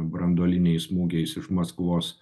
branduoliniais smūgiais iš maskvos